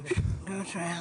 אני אדבר ספציפית על מה אני